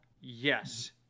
Yes